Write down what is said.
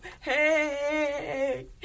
Hey